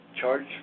charge